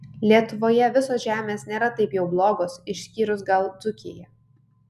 lietuvoje visos žemės nėra taip jau blogos išskyrus gal dzūkiją